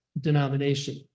denomination